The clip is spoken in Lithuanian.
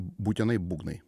būtinai būgnai